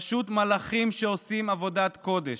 פשוט מלאכים שעושים עבודת קודש.